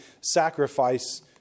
sacrifice